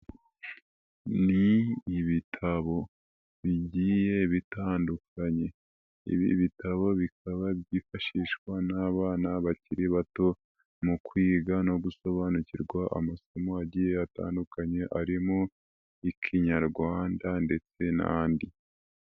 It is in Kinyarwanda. Ni ibitabo bigiye bitandukanye. Ibi bitabo bikaba byifashishwa n'abana bakiri bato mu kwiga no gusobanukirwa amasomo agiye atandukanye, arimo i Kinyarwanda ndetse n'andi.